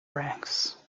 ranks